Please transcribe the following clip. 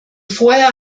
vorher